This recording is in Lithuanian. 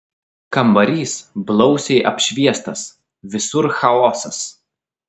kambarys blausiai apšviestas visur chaosas